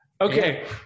Okay